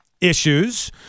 issues